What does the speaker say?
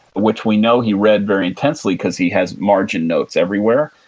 which we know he read very intensely because he has margin notes everywhere.